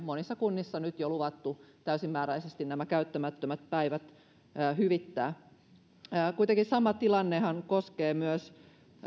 monissa kunnissa nyt jo luvattu täysimääräisesti nämä käyttämättömät päivät hyvittää kuitenkin sama tilannehan koskee myös